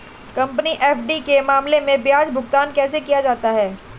Company FD के मामले में ब्याज भुगतान कैसे किया जाता है?